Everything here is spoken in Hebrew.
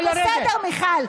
אבל בסדר, מיכל.